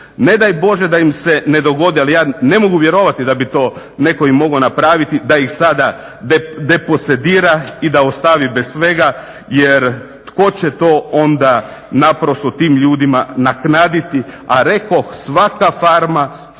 Ne daj Bože da im se ne dogodi, ali ja ne mogu vjerovati da bi to neko im mogao napraviti, da ih sada deposedira i da ostavi bez svega jer tko će to onda naprosto tim ljudima nadoknaditi a rekoh svaka farma